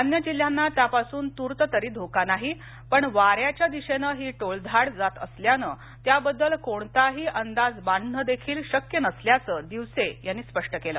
अन्य जिल्ह्यांना त्यापासून तूर्त तरी धोका नाही पण वाऱ्याच्या दिशेनं ही टोळधाड जात असल्यानं त्याबद्दल कोणताही अंदाज बांधणं देखील शक्य नसल्याचं दिवसे यांनी स्पष्ट केलं